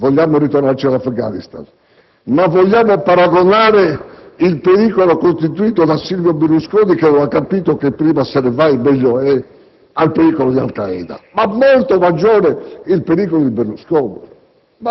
vogliamo ritirarci dall'Afghanistan. Ma vogliamo paragonare il pericolo costituito da Silvio Berlusconi, che ha capito che prima se ne va, meglio è, al pericolo di Al Qaeda? Ma è molto maggiore il pericolo di Berlusconi!